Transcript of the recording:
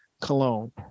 cologne